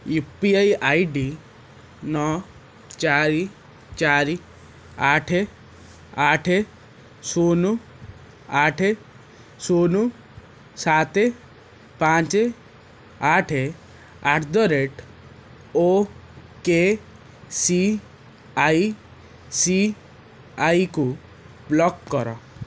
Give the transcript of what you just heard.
you P I I D ନଅ ଚାରି ଚାରି ଆଠ ଆଠ ଶୂନ ଆଠ ଶୂନ ସାତ ପାଞ୍ଚ ଆଠ at the rate O K C I C I କୁ ବ୍ଲକ୍ କର